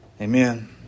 Amen